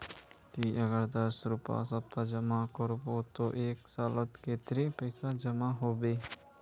ती अगर दस रुपया सप्ताह जमा करबो ते एक सालोत कतेरी पैसा जमा होबे बे?